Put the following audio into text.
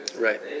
right